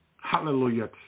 Hallelujah